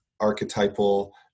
Archetypal